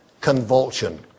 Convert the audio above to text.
convulsion